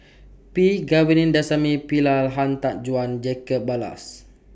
P Govindasamy Pillai Han Tan Juan Jacob Ballas